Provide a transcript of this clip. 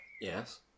yes